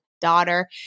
daughter